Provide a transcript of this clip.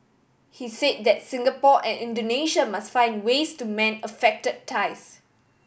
he said that Singapore and Indonesia must find ways to mend affected ties